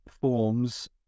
forms